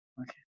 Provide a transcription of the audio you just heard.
okay